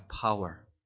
power